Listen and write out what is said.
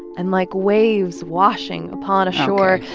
and like waves washing upon ashore.